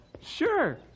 Sure